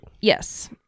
Yes